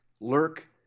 lurk